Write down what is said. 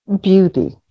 beauty